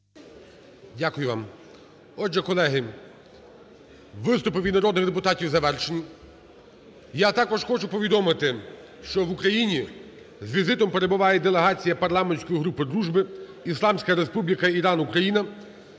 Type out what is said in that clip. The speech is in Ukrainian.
Дякую вам. Отже, колеги, виступи від народних депутатів завершені. Я також хочу повідомити, що в Україні з візитом перебуває делегація парламентської групи дружби Ісламська Республіка Іран – Україна.